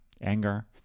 anger